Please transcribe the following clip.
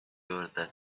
juurde